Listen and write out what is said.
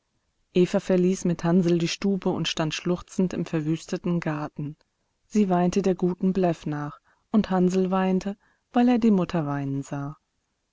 eva verließ mit hansl die stube und stand schluchzend im verwüsteten garten sie weinte der guten bläff nach und hansl weinte weil er die mutter weinen sah